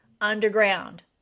underground